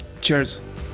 Cheers